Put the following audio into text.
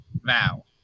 vow